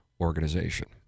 organization